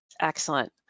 Excellent